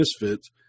misfits